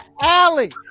alley